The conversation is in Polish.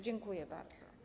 Dziękuję bardzo.